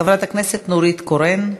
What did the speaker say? חברת הכנסת נורית קורן.